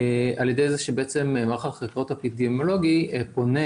על ידי זה שמערך החקירות האפידמיולוגי פונה